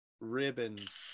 ribbons